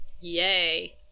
Yay